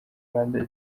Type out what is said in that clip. rwanda